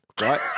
right